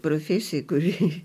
profesija kurį